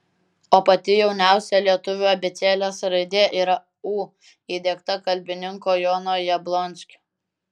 o pati jauniausia lietuvių abėcėlės raidė yra ū įdiegta kalbininko jono jablonskio